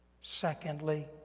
secondly